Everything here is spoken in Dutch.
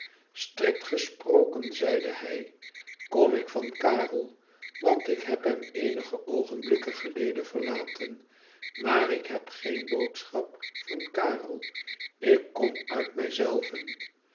strikt gesproken zeide hij kom ik van karel want ik heb hem eenige oogenblikken geleden verlaten maar ik heb geen boodschap van karel ik kom uit mij